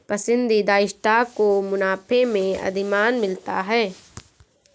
पसंदीदा स्टॉक को मुनाफे में अधिमान मिलता है